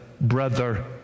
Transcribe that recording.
brother